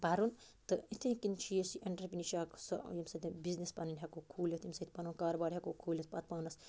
پَرُن تہٕ یِتھٕے کٔنۍ چھُ یُس اِنٹرپریٖنرشِب چھِ اَکھ سۅ ییٚمہِ سۭتٮ۪ن بزنٮ۪س پنٕنۍ ہٮ۪کو کھوٗلِتھ ییٚمہِ سۭتۍ پَنُن کاروبار ہیٚکو کھوٗلِتھ پَتہٕ پانَس